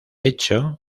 hecho